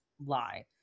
lie